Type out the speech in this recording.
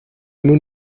moon